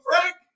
Frank